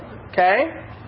okay